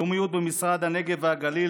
לאומיות במשרד ההתיישבות,